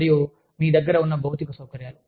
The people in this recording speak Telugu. మరియు మీ దగ్గర ఉన్న భౌతిక సౌకర్యాలు